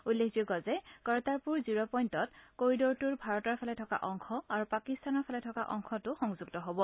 উল্লেখযোগ্য যে কৰতাপুৰ জিৰ পইণ্টত কৰিডৰটোৰ ভাৰতৰ ফালে থকা অংশ আৰু পাকিস্তানৰ ফালে থকা অংশটো সংযুক্ত হ'ব